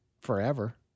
forever